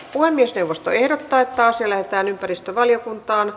puhemiesneuvosto ehdottaa että asia lähetetään ympäristövaliokuntaan